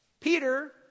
Peter